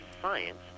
science